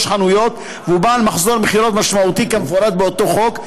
חנויות והוא בעל מחזור מכירות משמעותי כמפורט באותו חוק,